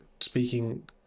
speaking